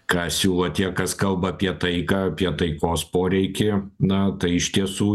ką siūlo tie kas kalba apie taiką apie taikos poreikį na tai iš tiesų